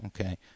Okay